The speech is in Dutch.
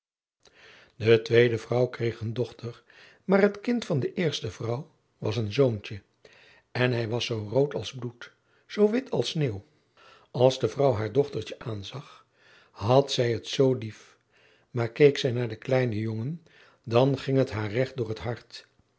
de tweede vrouw kreeg een dochter maar het kind van de eerste vrouw was een zoontje en hij was zoo rood als bloed zoo wit als sneeuw als de vrouw haar dochtertje aanzag had zij het zoo lief maar keek zij naar den kleinen jongen dan ging het haar recht door het hart